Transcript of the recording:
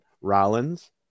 Rollins